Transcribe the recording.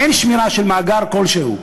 אין שמירה של מאגר כלשהו,